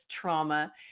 trauma